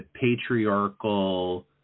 patriarchal